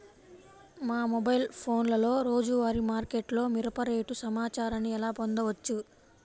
మా మొబైల్ ఫోన్లలో రోజువారీ మార్కెట్లో మిరప రేటు సమాచారాన్ని ఎలా పొందవచ్చు?